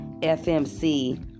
FMC